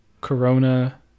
Corona